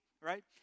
right